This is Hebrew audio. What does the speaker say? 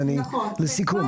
אז לסיכום.